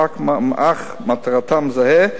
אך מטרתן זהה,